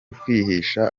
kwihisha